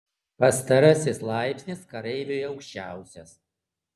pastarasis laipsnis kareiviui aukščiausias